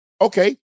Okay